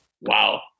wow